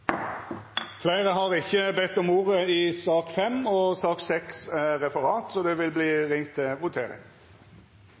Fleire har ikkje bedt om ordet til sak nr. 5. Då er